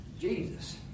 Jesus